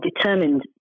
determined